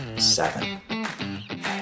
Seven